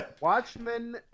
Watchmen